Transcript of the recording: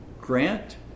grant